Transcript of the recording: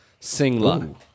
Singla